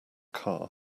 car